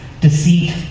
deceit